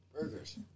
Burgers